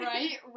Right